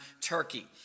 Turkey